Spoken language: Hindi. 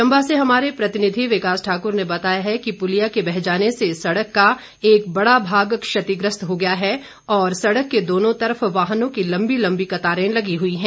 चंबा से हमारे प्रतिनिधि विकास ठाकुर ने बताया है कि पुलिया के बह जाने से सड़क का एक बड़ा भाग क्षतिग्रस्त हो गया है और सड़क के दोनों तरफ वाहनों की लंबी लंबी कतारें लगी हुई है